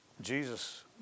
Jesus